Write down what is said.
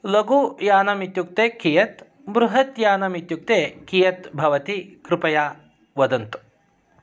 लघुयानम् इत्युक्ते कियत् बृहत् यानम् इत्युक्ते कियत् भवति कृपया वदन्तु